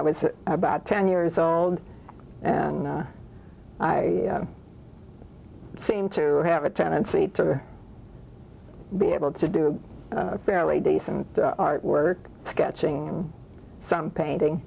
i was about ten years old and i seem to have a tendency to be able to do a fairly decent artwork sketching some painting